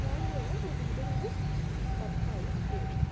வாங்குவார்கள் அதன் முதலீடு கட்டாயம் தேவை